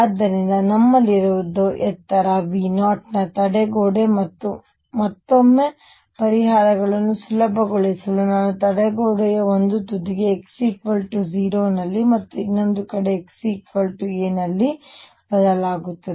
ಆದ್ದರಿಂದ ನಮ್ಮಲ್ಲಿರುವುದು ಎತ್ತರ V0 ನ ತಡೆಗೋಡೆ ಮತ್ತು ಮತ್ತೊಮ್ಮೆ ಪರಿಹಾರಗಳನ್ನು ಸುಲಭಗೊಳಿಸಲು ನಾನು ತಡೆಗೋಡೆಯ ಒಂದು ತುದಿಗೆ x 0 ನಲ್ಲಿ ಮತ್ತು ಇನ್ನೊಂದು ಕಡೆ x a ನಲ್ಲಿ ಬದಲಾಗುತ್ತದೆ